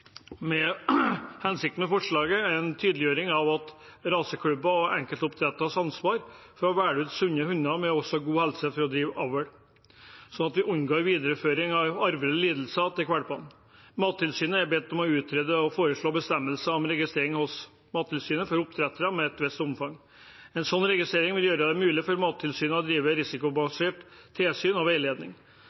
Hensikten med forslaget er en tydeliggjøring av raseklubbers og enkeltoppdretteres ansvar for å velge ut sunne hunder med god helse for å drive avl, slik at vi unngår videreføring av arvelige lidelser til valpene. Mattilsynet er bedt om å utrede og foreslå bestemmelser om registrering hos Mattilsynet for oppdrettere som driver avl av et visst omfang. En sånn registrering vil gjøre det mulig for Mattilsynet å drive risikobasert tilsyn og veiledning.